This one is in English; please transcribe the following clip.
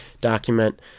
document